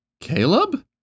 Caleb